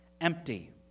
empty